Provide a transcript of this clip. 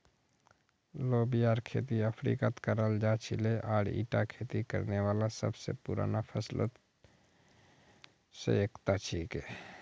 लोबियार खेती अफ्रीकात कराल जा छिले आर ईटा खेती करने वाला सब स पुराना फसलत स एकता छिके